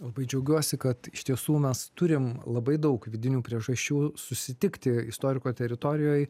labai džiaugiuosi kad iš tiesų mes turim labai daug vidinių priežasčių susitikti istoriko teritorijoj